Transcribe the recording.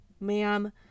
ma'am